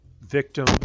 victim